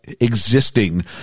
existing